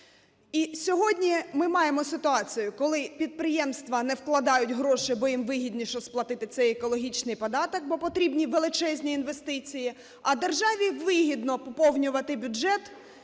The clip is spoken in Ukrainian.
І сьогодні ми маємо ситуацію, коли підприємства не вкладають гроші, бо їм вигідніше сплатити цей екологічний податок, бо потрібні величезні інвестиції, а державі вигідно поповнювати бюджет